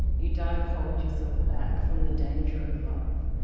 you don't hold yourself back from the danger of love,